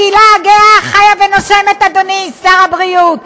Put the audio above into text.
הקהילה הגאה חיה ונושמת, אדוני שר הבריאות.